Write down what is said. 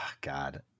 God